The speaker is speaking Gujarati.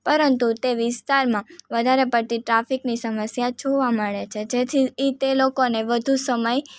પરંતુ તે વિસ્તારમાં વધારે પડતી ટ્રાફિકની સમસ્યા જોવા મળે છે જેથી એ તે લોકોને વધુ સમય